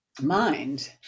mind